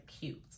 cute